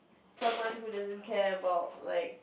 someone who doesn't care about like